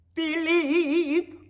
believe